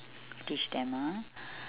teach them ah